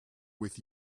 with